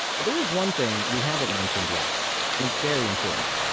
but there is one thing we haven't mentioned yet and it's very important.